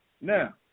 Now